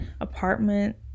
apartment